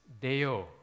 Deo